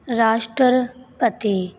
ਰਾਸ਼ਟਰਪਤੀ